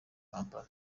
kampala